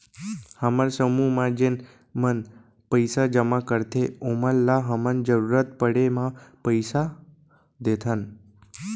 हमर समूह म जेन मन पइसा जमा करथे ओमन ल हमन जरूरत पड़े म पइसा देथन